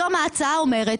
היום ההצעה אומרת,